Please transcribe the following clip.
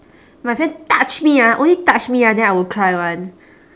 my friend touch me ah only touch me ah then I will cry [one]